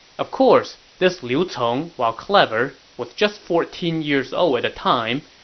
of course, this liu cong, while clever, was just fourteen years old at the time,